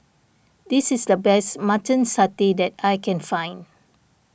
this is the best Mutton Satay that I can find